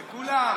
גם טלפון.